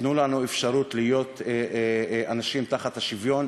תנו לנו אפשרות להיות אנשים תחת השוויון